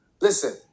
Listen